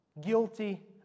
guilty